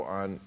on